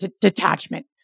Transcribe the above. detachment